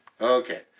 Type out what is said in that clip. Okay